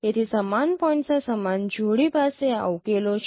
તેથી સમાન પોઇન્ટના સમાન જોડી પાસે આ ઉકેલો છે